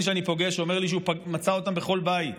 שאני פוגש אומר לי שהוא מצא אותם בכל בית,